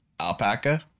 Alpaca